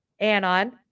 Anon